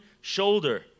shoulder